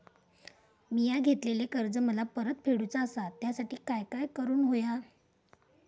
मिया घेतलेले कर्ज मला परत फेडूचा असा त्यासाठी काय काय करून होया?